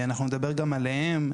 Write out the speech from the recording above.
אנחנו נדבר גם עליהם.